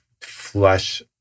flush